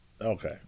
Okay